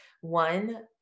one